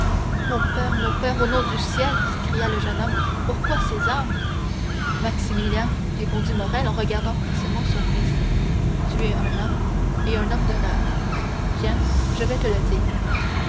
mon père mon père au nom du ciel s'écria le jeune homme pourquoi ces armes maximilien répondit morrel en regardant fixement son fils tu es un homme et un homme d'honneur viens je vais te le dire